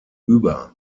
über